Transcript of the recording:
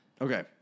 Okay